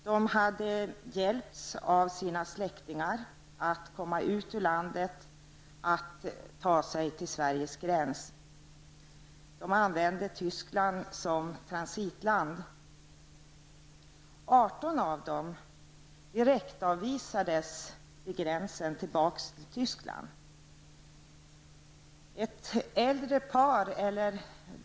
De hade fått hjälp av sina släktingar att ta sig ut ur landet och att ta sig till 18 av flyktingarna direktavvisades vid gränsen tillbaks till Tyskland.